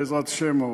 בעזרת השם,